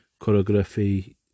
choreography